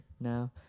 now